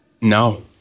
no